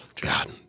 God